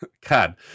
God